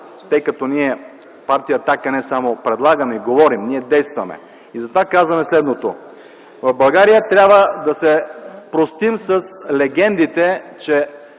тъй като ние от партия „Атака” не само говорим, но и действаме. Затова казваме следното. В България трябва да се простим с легендите, че